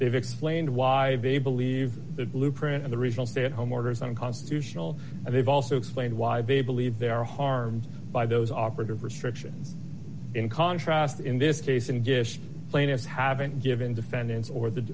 they've explained why they believe the blueprint of the original stay at home orders unconstitutional and they've also explained why be believe they are harmed by those operative restrictions in contrast in this case and get plaintiffs haven't given defendants or the